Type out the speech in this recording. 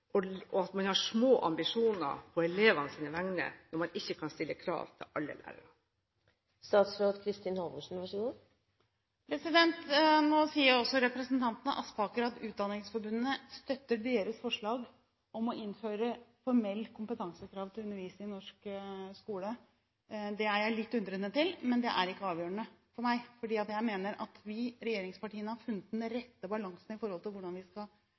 og at man har små ambisjoner på elevenes vegne når man ikke kan stille krav til alle lærere. Nå sier også representanten Aspaker at Utdanningsforbundet støtter deres forslag om å innføre formelle kompetansekrav til undervisning i norsk skole. Det er jeg litt undrende til, men det er ikke avgjørende for meg. Jeg mener at regjeringspartiene har funnet den rette balansen i forhold til hvordan vi skal